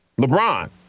LeBron